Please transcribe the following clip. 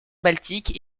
baltique